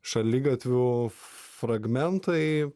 šaligatvių fragmentai